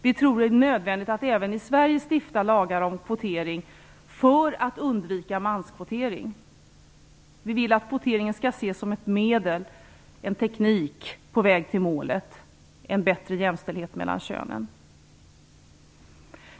Vi tror att det är nödvändigt att även i Sverige stifta lagar om kvotering för att undvika manskvotering. Vi vill att kvoteringen skall ses som ett medel och en teknik på väg till målet - en bättre jämställdhet mellan könen.